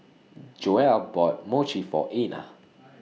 Joelle bought Mochi For Einar